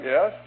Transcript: Yes